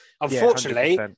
Unfortunately